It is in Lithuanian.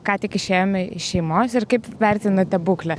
ką tik išėjome iš šeimos ir kaip vertinate būklę